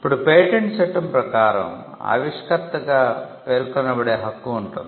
ఇప్పుడు పేటెంట్ చట్టం ప్రకారం ఆవిష్కర్తగా పేర్కొనబడే హక్కు ఉంటుంది